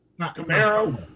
Camaro